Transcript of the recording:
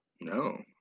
No